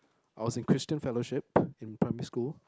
I was in Christian fellowship in primary school